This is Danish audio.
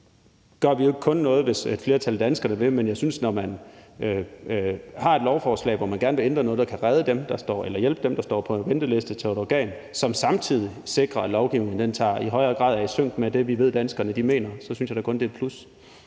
gør vi jo ikke kun noget, hvis et flertal af danskerne vil have det. Men når man har et forslag, hvor man gerne vil ændre noget, så det kan hjælpe dem, der står på en venteliste, til et organ, og som samtidig sikrer, at lovgivningen i højere grad er i sync med det, vi ved danskerne mener, så synes jeg da kun, det er et plus.